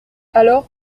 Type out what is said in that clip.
alors